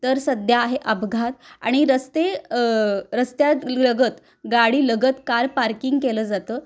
तर सध्या आहे अपघात आणि रस्ते रस्त्यालगत गाडीलगत कार पार्किंग केलं जातं